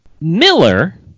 Miller